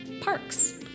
parks